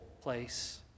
place